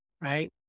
Right